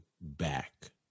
back